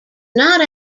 not